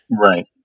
right